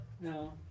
No